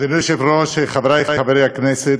אדוני היושב-ראש, חברי חברי הכנסת,